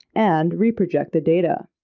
and reproject the data.